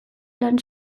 lan